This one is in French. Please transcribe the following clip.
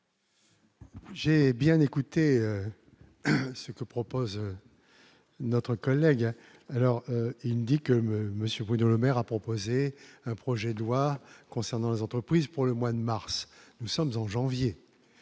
J'ai bien écouté ce que propose notre collègue alors il dit que monsieur Bruno Le Maire a proposé un projet de loi concernant les entreprises, pour le mois de mars, nous sommes en janvier,